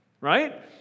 Right